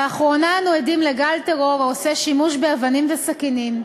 לאחרונה אנו עדים לגל טרור העושה שימוש באבנים וסכינים,